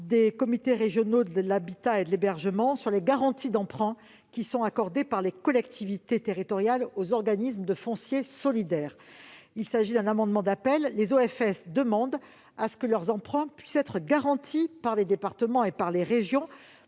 des comités régionaux de l'habitat et de l'hébergement (CRHH) sur les garanties d'emprunt qui sont accordées par les collectivités territoriales aux organismes de foncier solidaire (OFS). Les OFS demandent que leurs emprunts puissent être garantis par les départements et par les régions